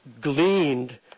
gleaned